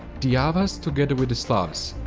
the avars together with the slavs,